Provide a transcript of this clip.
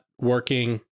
working